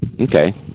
Okay